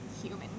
human